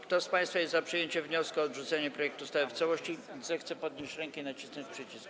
Kto z państwa jest za przyjęciem wniosku o odrzucenie projektu ustawy w całości, zechce podnieść rękę i nacisnąć przycisk.